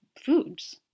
foods